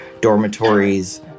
dormitories